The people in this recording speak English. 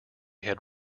had